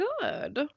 good